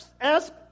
ask